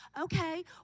Okay